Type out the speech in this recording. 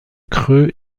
creux